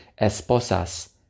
esposas